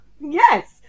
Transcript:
Yes